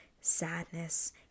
sadness